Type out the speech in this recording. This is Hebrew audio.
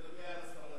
זה נוגע לספרדים.